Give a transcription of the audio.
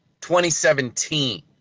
2017